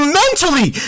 mentally